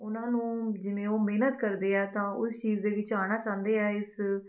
ਉਹਨਾਂ ਨੂੰ ਜਿਵੇਂ ਉਹ ਮਿਹਨਤ ਕਰਦੇ ਹੈ ਤਾਂ ਉਸ ਚੀਜ਼ ਦੇ ਵਿੱਚ ਆਉਣਾ ਚਾਹੁੰਦੇ ਹੈ ਇਸ